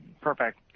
Perfect